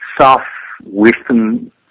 south-western